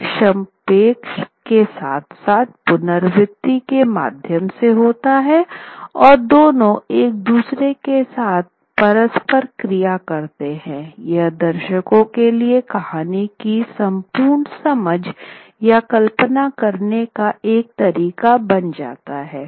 एक क्षेपण के साथ साथ पुनरावृत्ति के माध्यम से होता है और दोनों एक दूसरे के साथ परस्पर क्रिया करते हैं यह दर्शकों के लिए कहानी की संपूर्ण समझ या कल्पना करने का एक तरीका बन जाता है